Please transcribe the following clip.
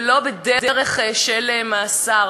ולא בדרך של מאסר,